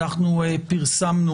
אנחנו פרסמנו